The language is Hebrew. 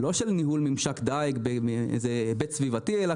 לא של ניהול ממשק דיג בהיבט סביבתי אלא,